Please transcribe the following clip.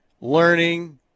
learning